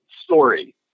story